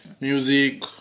music